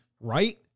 right